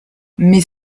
mais